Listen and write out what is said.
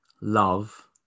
love